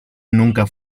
nunca